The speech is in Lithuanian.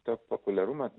tą populiarumą